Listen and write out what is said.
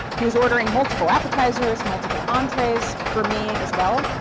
he was ordering multiple appetizers, multiple entrees, for me as well,